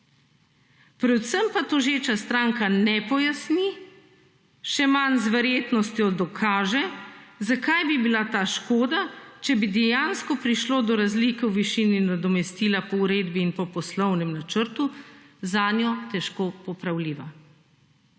Predvsem pa tožeča stranka ne pojasni, še manj z verjetnostjo dokaže, zakaj bi bila ta škoda, če bi dejansko prišlo do razlike v višini nadomestila po uredbi in po poslovnem načrtu, zanjo težko popravljiva.